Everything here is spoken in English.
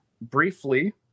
Briefly